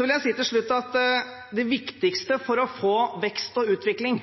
vil jeg si at det viktigste for å få vekst og utvikling